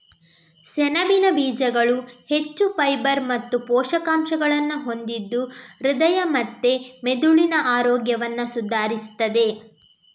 ಸೆಣಬಿನ ಬೀಜಗಳು ಹೆಚ್ಚು ಫೈಬರ್ ಮತ್ತು ಪೋಷಕಾಂಶಗಳನ್ನ ಹೊಂದಿದ್ದು ಹೃದಯ ಮತ್ತೆ ಮೆದುಳಿನ ಆರೋಗ್ಯವನ್ನ ಸುಧಾರಿಸ್ತದೆ